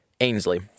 Ainsley